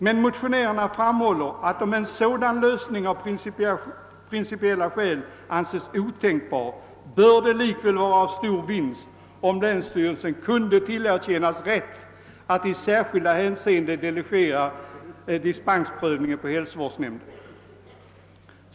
Men vi framhåller att om en sådan lösning av principiella skäl anses otänkbar bör det likväl vara en stor vinst om länsstyrelsen kunde tillerkännas rätt att i särskilda hänseenden delegera dispensprövningen till hälsovårdsnämnd.